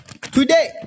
Today